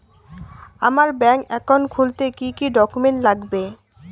আমার bank account খুলতে কি কি ডকুমেন্ট লাগবে?